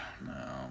No